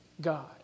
God